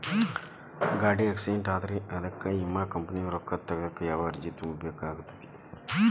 ಗಾಡಿ ಆಕ್ಸಿಡೆಂಟ್ ಆದ್ರ ಅದಕ ವಿಮಾ ಕಂಪನಿಯಿಂದ್ ರೊಕ್ಕಾ ತಗಸಾಕ್ ಯಾವ ಅರ್ಜಿ ತುಂಬೇಕ ಆಗತೈತಿ?